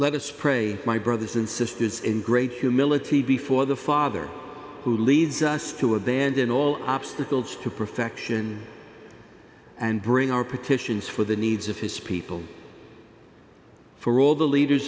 us pray my brothers and sisters in great humility before the father who leads us to abandon all obstacles to perfection and bring our petitions for the needs of his people for all the leaders